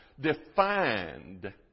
defined